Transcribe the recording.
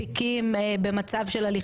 היכולת שלנו להנפיק מסמכים היא קשה.